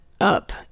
up